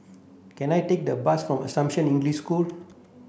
can I take the bus for Assumption English School